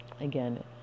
Again